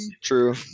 true